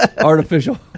Artificial